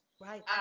Right